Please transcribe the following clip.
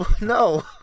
No